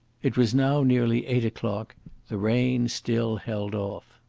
it was now nearly eight o'clock the rain still held off.